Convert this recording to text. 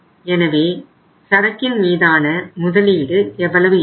எனவே சரக்கின் மீதான முதலீடு எவ்வளவு இருக்கும்